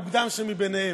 המוקדם ביניהם.